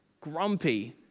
grumpy